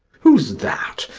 who's that?